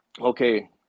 okay